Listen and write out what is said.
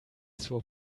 zur